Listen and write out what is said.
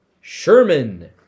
Sherman